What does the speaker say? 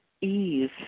ease